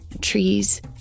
trees